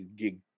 gig